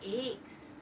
eggs